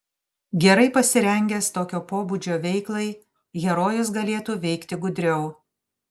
gerai pasirengęs tokio pobūdžio veiklai herojus galėtų veikti gudriau